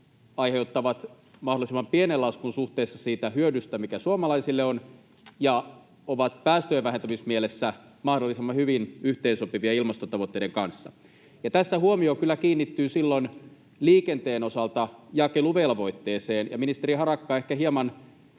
aiheuttavat mahdollisimman pienen laskun suhteessa siihen hyötyyn, mikä niillä suomalaisille on, ja ovat päästöjenvähentämismielessä mahdollisimman hyvin yhteensopivia ilmastotavoitteiden kanssa. Ja tässä huomio kyllä kiinnittyy silloin liikenteen osalta jakeluvelvoitteeseen. Ja ministeri Harakka ehkä hieman